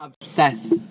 obsessed